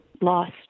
lost